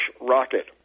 rocket